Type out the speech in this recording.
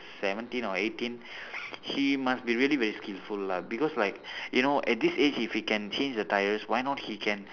seventeen or eighteen he must be really very skillful lah because like you know at this age if he can change the tyres why not he can